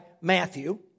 Matthew